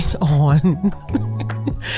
on